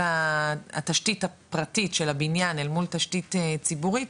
התשתית הפרטית של הבניין אל מול תשתית ציבורית,